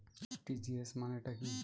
RTGS মানে টা কি?